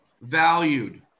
valued